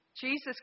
Jesus